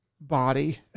body